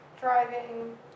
driving